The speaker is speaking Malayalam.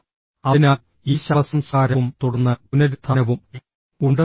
അതിനാൽ ഈ ശവസംസ്കാരവും തുടർന്ന് പുനരുത്ഥാനവും ഉണ്ട്